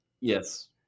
Yes